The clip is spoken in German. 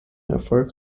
erfolg